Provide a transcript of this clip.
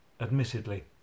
admittedly